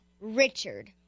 richard